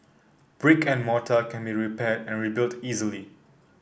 brick and mortar can be repaired and rebuilt easily